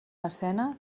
escena